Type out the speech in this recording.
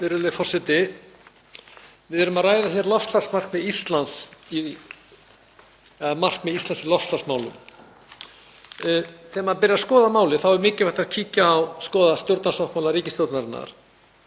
Við erum að ræða hér markmið Íslands í loftslagsmálum. Þegar maður fer að skoða málið þá er mikilvægt að skoða stjórnarsáttmála ríkisstjórnarinnar.